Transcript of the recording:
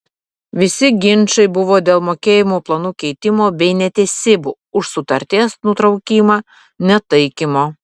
visi ginčai buvo dėl mokėjimo planų keitimo bei netesybų už sutarties nutraukimą netaikymo